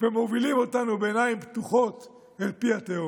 ומובילים אותנו בעיניים פתוחות אל פי התהום.